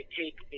take